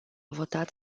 votat